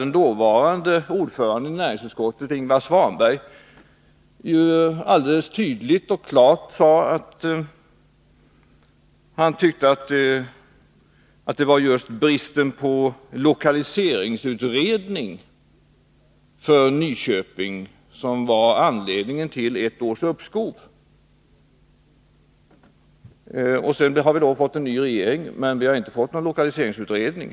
Den dåvarande ordföranden i näringsutskottet, Ingvar Svanberg, sade då alldeles tydligt och klart att det var just bristen på en lokaliseringsutredning i fråga om Nyköpingsalternativet som var anledningen till det ettåriga uppskovet. Sedan dess har vi fått en ny regering, men ingen lokaliseringsutredning.